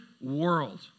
world